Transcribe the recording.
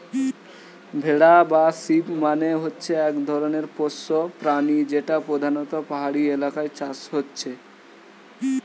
ভেড়া বা শিপ মানে হচ্ছে এক ধরণের পোষ্য প্রাণী যেটা পোধানত পাহাড়ি এলাকায় চাষ হচ্ছে